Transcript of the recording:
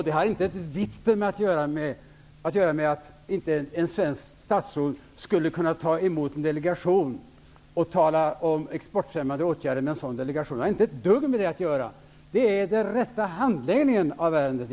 Det har inte ett vitten att göra med att ett svenskt statsråd inte skulle kunna ta emot en delegation och tala om exportfrämjande åtgärder. Det har inte ett dugg med det att göra. Det gäller handläggningen av ärendet.